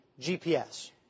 GPS